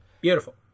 Beautiful